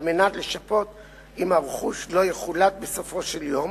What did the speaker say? על מנת לשפות אם הרכוש לא יחולט בסופו של יום.